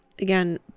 again